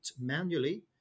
manually